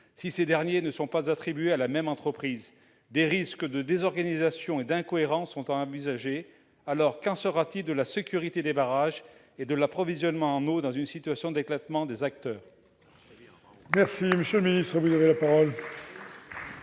si ces derniers ne sont pas attribués à la même entreprise ? Des risques de désorganisation et d'incohérences sont à envisager. Ainsi, qu'en sera-t-il de la sécurité des barrages et de l'approvisionnement en eau dans une situation d'éclatement des acteurs ?